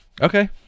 Okay